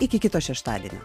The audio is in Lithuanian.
iki kito šeštadienio